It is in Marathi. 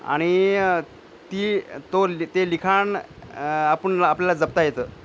आणि ती तो ल ते लिखाण आपण आपल्याला जपता येतं